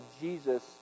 Jesus